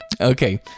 okay